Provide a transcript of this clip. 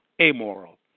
Amoral